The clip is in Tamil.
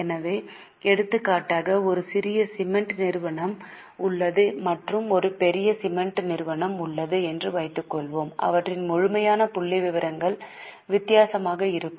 எனவே எடுத்துக்காட்டாக ஒரு சிறிய சிமென்ட் நிறுவனம் உள்ளது மற்றும் ஒரு பெரிய சிமென்ட் நிறுவனம் உள்ளது என்று வைத்துக்கொள்வோம் அவற்றின் முழுமையான புள்ளிவிவரங்கள் வித்தியாசமாக இருக்கும்